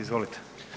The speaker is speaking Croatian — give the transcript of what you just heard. Izvolite.